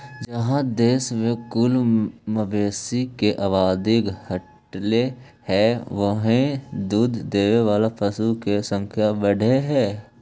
जहाँ देश में कुल मवेशी के आबादी घटले हइ, वहीं दूध देवे वाला पशु के संख्या बढ़ले हइ